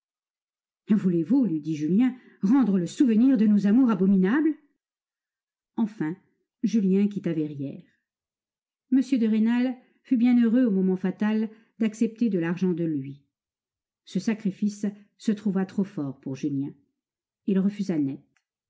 voulez-vous lui dit julien rendre le souvenir de nos amours abominable enfin julien quitta verrières m de rênal fut bien heureux au moment fatal d'accepter de l'argent de lui ce sacrifice se trouva trop fort pour julien il refusa net